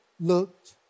looked